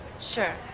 Sure